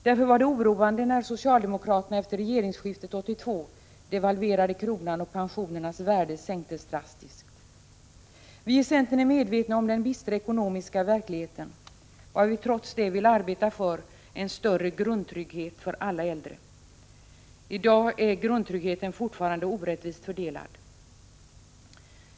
Därför var det oroande när socialdemokraterna efter regeringsskiftet 1982 devalverade kronan och pensionernas värde sänktes drastiskt. Vi i centern är medvetna om den bistra ekonomiska verkligheten, men vi vill trots detta arbeta för en större grundtrygghet för alla äldre. I dag är grundtryggheten fortfarande orättvist fördelad.